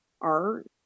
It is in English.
art